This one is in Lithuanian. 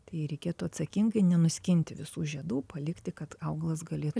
tai reikėtų atsakingai nenuskinti visų žiedų palikti kad augalas galėtų